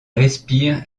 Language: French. respire